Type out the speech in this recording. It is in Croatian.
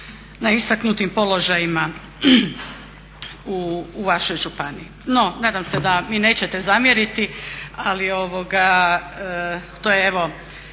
na istaknutim položajima u vašoj županiji. No, nadam se da mi nećete zamjeriti ali to je evo